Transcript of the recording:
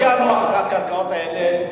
על הקרקעות האלה.